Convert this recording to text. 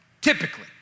typically